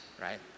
right